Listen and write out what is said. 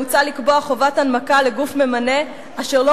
מוצע לקבוע חובת הנמקה לגוף ממנה אשר לא